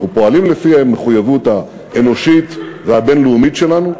אנחנו פועלים לפיה עם המחויבות האנושית והבין-לאומית שלנו,